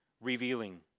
revealing